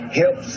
help